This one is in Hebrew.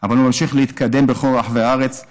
אבל הוא ממשיך להתקדם בכל רחבי הארץ, קליטת